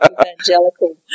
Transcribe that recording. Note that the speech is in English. evangelical